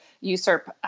usurp